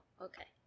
okay